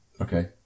Okay